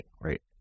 right